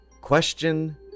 Question